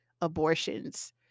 abortions